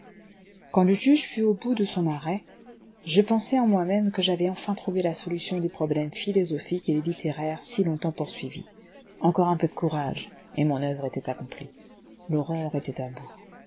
quand le juge fut au bout de son arrêt je pensai en moi-même que j'avais enfin trouvé la solution du problème philosophique et littéraire si longtemps poursuivi encore un peu de courage et mon oeuvre était accomplie l'horreur était à bout